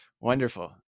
Wonderful